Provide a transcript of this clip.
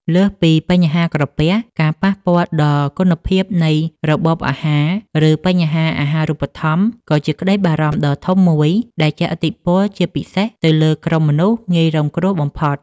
លើសពីបញ្ហាក្រពះ ការប៉ះពាល់ដល់គុណភាពនៃរបបអាហារ ឬបញ្ហាអាហារូបត្ថម្ភ ក៏ជាក្តីបារម្ភដ៏ធំមួយដែលជះឥទ្ធិពលជាពិសេសទៅលើក្រុមមនុស្សងាយរងគ្រោះបំផុត។